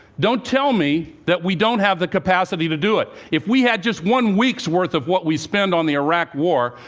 don't tell me that we don't have the capacity to do it. if we had just one week's worth of what we spend on the iraq war,